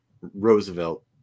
Roosevelt